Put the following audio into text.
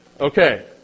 Okay